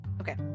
okay